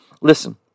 Listen